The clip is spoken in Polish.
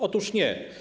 Otóż nie.